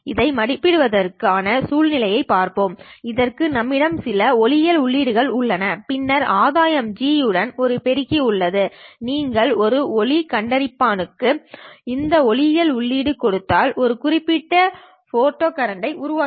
இதை மதிப்பிடுவதற்கு ஆன சூழ்நிலையைப் பார்ப்போம் இதற்கு நம்மிடம் சில ஒளியியல் உள்ளீடுகள் உள்ளது பின்னர் ஆதாயம் G உடன் ஒரு பெருக்கி உள்ளது நீங்கள் ஒரு ஒளி கண்டுபிடிப்பான்க்குக் இந்த ஒளியியல் உள்ளீடு கொடுத்தால் ஒரு குறிப்பிட்ட ஃபோட்டா கரண்டை உருவாக்கும்